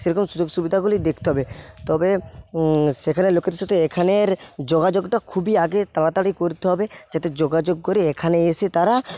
সেরকম সুযোগসুবিধাগুলি দেখতে হবে তবে সেখানের লোকেদের সাথে এখানের যোগাযোগটা খুবই আগে তাড়াতাড়ি করতে হবে যাতে যোগাযোগ করে এখানে এসে তারা